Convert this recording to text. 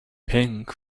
pink